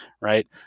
Right